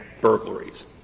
burglaries